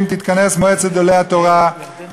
לכל עם ישראל יש מה להפסיד אם חלילה הממשלה תתפרק ואחרי